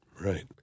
Right